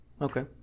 Okay